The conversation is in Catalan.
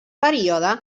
període